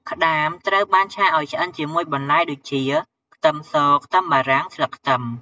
ក្តាមត្រូវបានឆាឱ្យឆ្អិនជាមួយបន្លែដូចជា ខ្ទឹមស ខ្ទឹមបារាំង ស្លឹកខ្ទឹម។